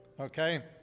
Okay